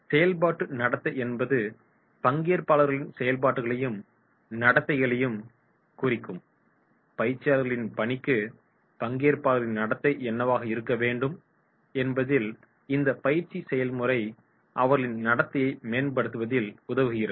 எனவே செயல்பாட்டு நடத்தை என்பது பங்கேற்பாளர்களின் செயல்களையும் நடத்தைகளையும் குறிக்கும் பயிற்சியாளர்களின் பணிக்கு பங்கேற்பாளர்களின் நடத்தை என்னவாக இருக்க வேண்டும் என்பதில் இந்த பயிற்சி செயல்முறை அவர்களின் நடத்தையை மேம்படுத்துவதில் உதவுகிறது